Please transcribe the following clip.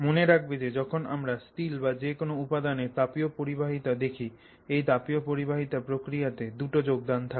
মনে রাখবে যে যখন আমরা স্টিল বা যে কোন উপাদানের তাপীয় পরিবাহিতা দেখি এই তাপীয় পরিবাহিতা প্রক্রিয়া তে দুটো যোগদান থাকে